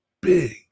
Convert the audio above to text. big